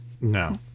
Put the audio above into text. No